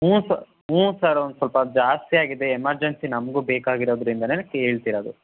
ಹ್ಞೂ ಸ ಹ್ಞೂ ಸರ್ ಒಂದು ಸ್ವಲ್ಪ ಜಾಸ್ತಿಯಾಗಿದೆ ಎಮರ್ಜನ್ಸಿ ನಮಗು ಬೇಕಾಗಿರೋದರಿಂದನೇ ಕೇಳ್ತಿರೋದು